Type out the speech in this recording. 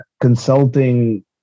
consulting